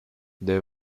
they